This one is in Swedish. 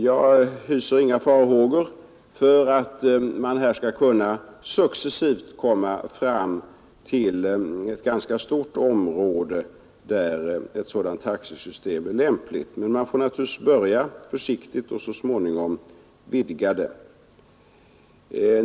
Jag hyser inga farhågor för att man här inte skall kunna fastställa ett ganska stort område, inom vilket ett sådant taxesystem skall kunna tillämpas. Men man får naturligtvis börja försiktigt för att så småningom vidga detta område.